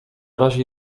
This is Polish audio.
razie